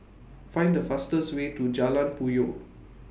Find The fastest Way to Jalan Puyoh